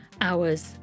hours